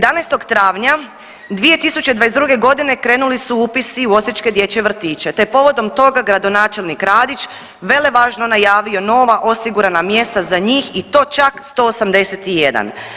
11. travnja 2022. godine krenuli su upisi u osječke dječje vrtiće, te povodom toga gradonačelnik Radić velevažno najavio nova osigurana mjesta za njih i to čak 181.